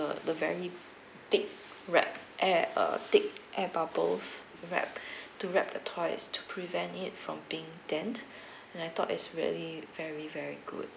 the the very thick wrap air uh thick air bubbles wrap to wrap the toys to prevent it from being dent and I thought is really very very good